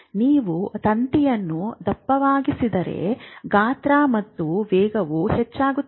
ನೀವು ತಂತಿಯನ್ನು ದಪ್ಪವಾಗಿಸಿದರೆ ಗಾತ್ರ ಮತ್ತು ವೇಗವೂ ಹೆಚ್ಚಾಗುತ್ತದೆ